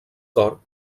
cor